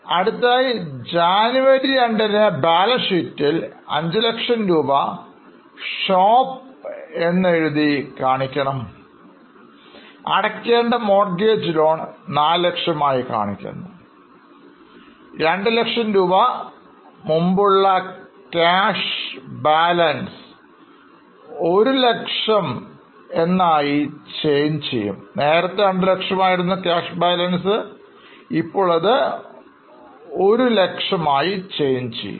അടുത്തതായി ജനുവരി 2 ന് ബാലൻസ് ഷീറ്റിൽ 500000 രൂപ shop എന്നുപറഞ്ഞ് കാണിക്കുന്നു അടയ്ക്കേണ്ട Mortgage loan 400000 ആയി കാണിക്കുന്നു 200000രൂപ രൂപ ക്യാഷ് ബാലൻസ് 100000 കുറച്ചിട്ടുണ്ട് ഇപ്പോൾ ഇത്100000 ആയി നിലനിൽക്കുന്നു